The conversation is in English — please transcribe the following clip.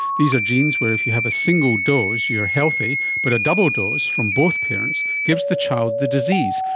these are genes where if you have a single dose you are healthy, but a double dose from both parents gives the child to the disease,